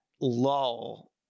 lull